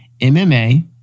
MMA